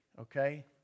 okay